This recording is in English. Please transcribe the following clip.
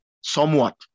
somewhat